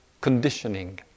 conditioning